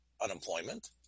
unemployment